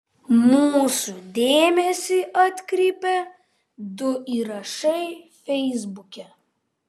mūsų dėmesį atkreipė du įrašai feisbuke